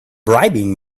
bribing